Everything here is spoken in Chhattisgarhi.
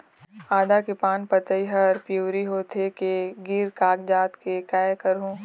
आदा के पान पतई हर पिवरी होथे के गिर कागजात हे, कै करहूं?